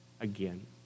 again